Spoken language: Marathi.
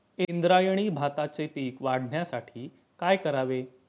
इंद्रायणी भाताचे पीक वाढण्यासाठी काय करावे?